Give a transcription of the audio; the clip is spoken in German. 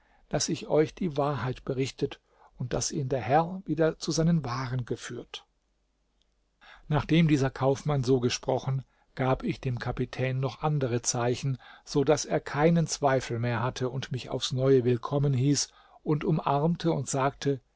daß ich euch die wahrheit berichtet und daß ihn der herr wieder zu seinen waren geführt nachdem dieser kaufmann so gesprochen gab ich dem kapitän noch andere zeichen so daß er keinen zweifel mehr hatte und mich aufs neue willkommen hieß und umarmte und sagte